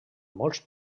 molts